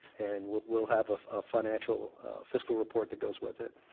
and we'll we'll have a financial fiscal report that goes with it.